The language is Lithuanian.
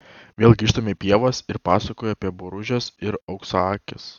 vėl grįžtame į pievas ir pasakoju apie boružes ir auksaakes